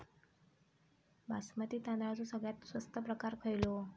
बासमती तांदळाचो सगळ्यात स्वस्त प्रकार खयलो?